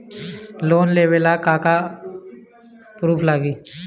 Loan लेबे ला का का पुरुफ लागि?